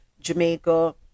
jamaica